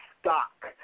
stock